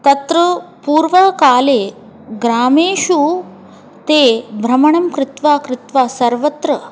तत्र पूर्वकाले ग्रामेषु ते भ्रमणं कृत्वा कृत्वा सर्वत्र